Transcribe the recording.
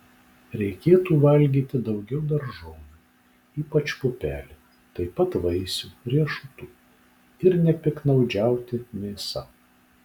reikėtų valgyti daugiau daržovių ypač pupelių taip pat vaisių riešutų ir nepiktnaudžiauti mėsa